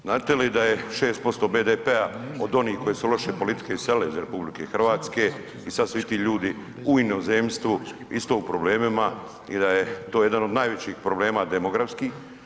Znate li da je 6% BDP-a od onih koje su loše politike iselile iz RH i sad su i ti ljudi u inozemstvu isto u problemima i da je to jedan od najvećih problema demografskih.